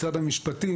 משרד המשפטים,